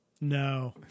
No